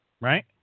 right